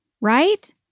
right